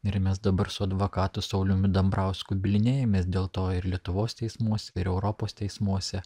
ir mes dabar su advokatu sauliumi dambrausku bylinėjamės dėl to ir lietuvos teismuose ir europos teismuose